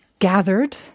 gathered